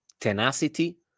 tenacity